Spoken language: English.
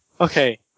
Okay